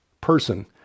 person